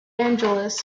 angelis